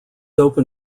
open